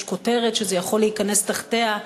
יש כותרת שזה יכול להיכנס תחתיה?